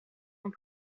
ans